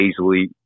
easily